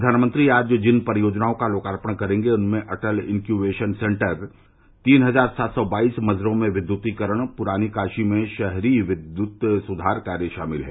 प्रधानमंत्री आज जिन परियोजनाओं का लोकार्पण करेंगे उनमें अटल इन्क्यूबेशन सेन्टर तीन हजार सात सौ बाईस मज़रों में विद्युतीकरण पुरानी काशी में शहरी विद्युत सुधार कार्य शामिल है